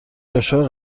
دشوار